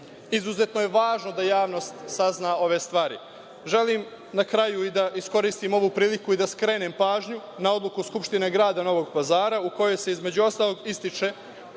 Izuzetno je važno da javnost sazna ove stvari. Želim na kraju da iskoristim ovu priliku i da skrenem pažnju na odluku Skupštine grada Novog Pazara u kojoj se između ostalog ističe